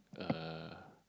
a